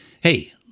Hey